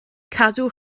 cadw